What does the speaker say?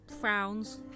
frowns